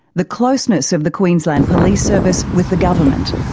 the closeness of the queensland police service with the government.